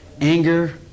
anger